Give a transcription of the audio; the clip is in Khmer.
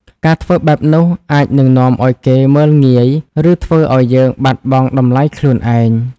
ការធ្វើបែបនោះអាចនឹងនាំឲ្យគេមើលងាយ ឬធ្វើឲ្យយើងបាត់បង់តម្លៃខ្លួនឯង។